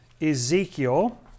Ezekiel